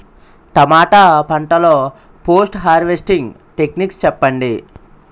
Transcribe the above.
టమాటా పంట లొ post harvesting techniques చెప్పండి?